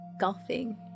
golfing